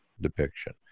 depiction